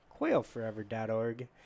QuailForever.org